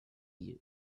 you